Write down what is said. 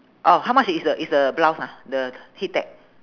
orh how much is the is the blouse ah the heat tech